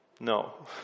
No